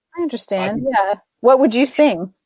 i understand. yeah. what would you sing?